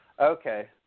Okay